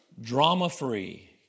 Drama-free